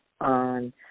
on